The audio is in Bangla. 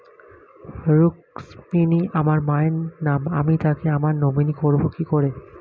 রুক্মিনী আমার মায়ের নাম আমি তাকে আমার নমিনি করবো কি করে?